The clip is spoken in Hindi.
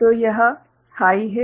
तो यह हाइ है